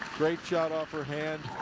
great shot off her hand.